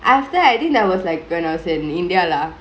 after that I think I was like when I was in india lah